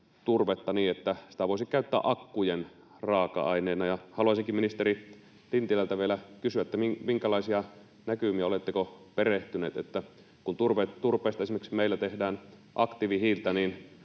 turvetta niin, että sitä voisi käyttää akkujen raaka-aineena. Haluaisinkin ministeri Lintilältä vielä kysyä, minkälaisia näkymiä on, oletteko perehtynyt siihen, kun turpeesta esimerkiksi meillä tehdään aktiivihiiltä.